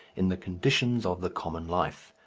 in the conditions of the common life.